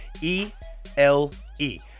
E-L-E